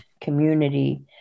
community